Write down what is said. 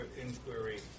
inquiry